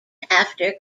after